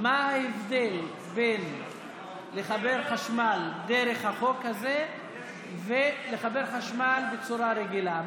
מה ההבדל בין לחבר חשמל דרך החוק הזה לבין לחבר חשמל בצורה רגילה?